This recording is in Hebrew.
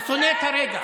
הוא שונא את הרגע.